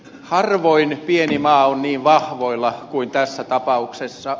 harvoin pieni maa on niin vahvoilla kuin tässä tapauksessa